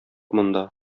монда